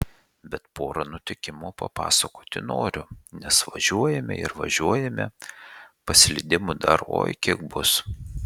bet porą nutikimų papasakoti noriu nes važiuojame ir važiuojame paslydimų dar oi kiek bus